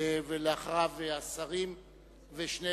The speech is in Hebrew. אחריו השר ושני